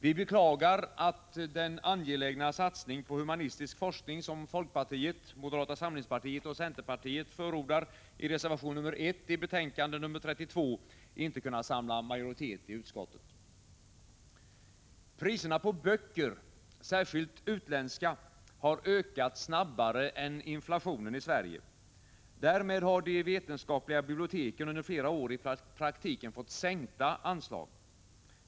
Vi beklagar att den angelägna satsning på humanistisk forskning som folkpartiet, moderata samlingspartiet och centerpartiet förordar i reservation nr 1 i betänkande 32 inte kunnat samla majoritet i utskottet. Priserna på böcker, särskilt utländska, har ökat snabbare än inflationen i Sverige. Därmed har de vetenskapliga biblioteken under flera år i praktiken fått sänkta anslag.